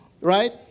right